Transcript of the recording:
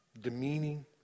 Demeaning